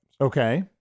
Okay